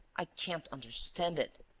i can't understand it,